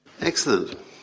Excellent